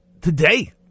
today